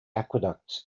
aqueducts